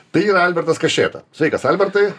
tai yra albertas kašėta sveikas albertai